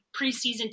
preseason